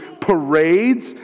parades